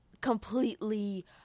completely